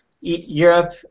Europe